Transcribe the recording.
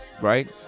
right